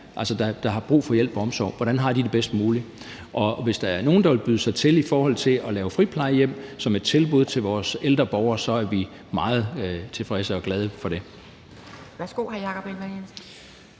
der har brug for hjælp og omsorg, har det bedst muligt. Hvis der er nogen, der vil byde sig til i forhold til at lave friplejehjem som et tilbud til vores ældre borgere, så er vi meget tilfredse og glade for det.